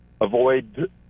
avoid